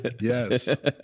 Yes